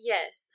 Yes